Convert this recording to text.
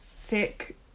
thick